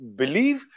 believe